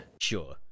Sure